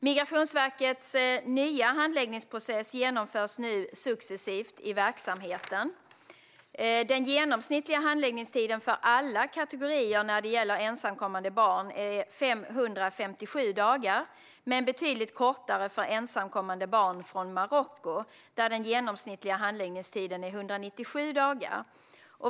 Migrationsverkets nya handläggningsprocess genomförs nu successivt i verksamheten. Den genomsnittliga handläggningstiden för alla kategorier när det gäller ensamkommande barn är 557 dagar men betydligt kortare för ensamkommande barn från Marocko, där den genomsnittliga handläggningstiden är 197 dagar.